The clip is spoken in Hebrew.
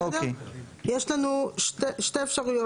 יש לנו שתי אפשרויות,